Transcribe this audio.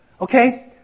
Okay